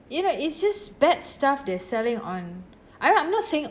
you know it's just bad stuff they're selling on I'm I'm not saying